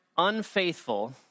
Unfaithful